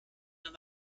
mehr